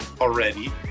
already